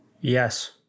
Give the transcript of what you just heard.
Yes